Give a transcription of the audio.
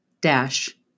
dash